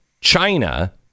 China